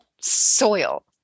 soil